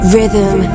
Rhythm